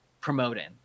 promoting